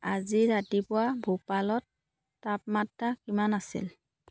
আজি ৰাতিপুৱা ভূপালত তাপমাত্ৰা কিমান আছিল